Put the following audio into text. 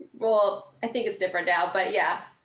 well, i think it's different now but yeah,